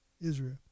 Israel